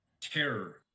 terror